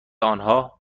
آنها